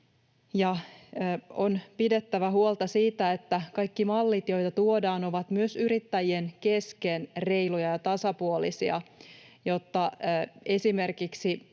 On pidettävä huolta siitä, että kaikki mallit, joita tuodaan, ovat myös yrittäjien kesken reiluja ja tasapuolisia, jotta esimerkiksi